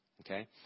Okay